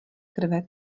krve